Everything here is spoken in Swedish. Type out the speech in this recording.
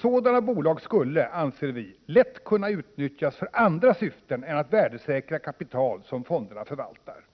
Sådana bolag skulle — anser vi — lätt kunna utnyttjas för andra syften än att värdesäkra kapital som fonderna förvaltar.